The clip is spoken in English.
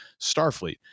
Starfleet